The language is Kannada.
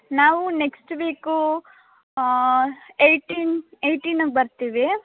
ನಾವು ನೆಕ್ಸ್ಟ್ ವೀಕೂ ಎಯ್ಟೀನ್ ಎಯ್ಟೀನಗೆ ಬರ್ತೀವಿ